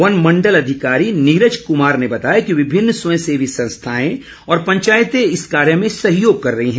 one मंडल अधिकारी नीरज कुमार ने बताया कि विभिन्न स्वयं सेवी संस्थाएं और पंचायतें इस कार्य में सहयोग कर रही हैं